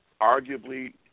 arguably